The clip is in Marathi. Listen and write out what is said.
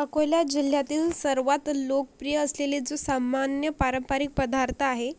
अकोला जिल्ह्यातील सर्वांत लोकप्रिय असलेले जो सामान्य पारंपरिक पदार्थ आहे